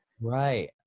Right